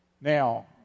Now